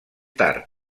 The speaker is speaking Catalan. tard